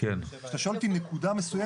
אתה שואל אותי אם נקודה מסוימת,